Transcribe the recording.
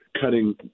cutting